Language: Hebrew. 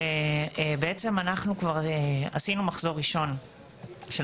ובעצם אנחנו כבר עשינו מחזור ראשון של